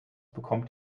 bekommt